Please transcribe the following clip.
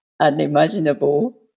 unimaginable